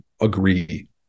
agree